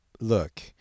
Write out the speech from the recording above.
look